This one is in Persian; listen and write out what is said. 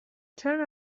چرا